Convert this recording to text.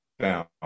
down